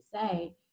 say